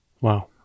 Wow